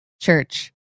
Church